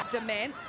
Demand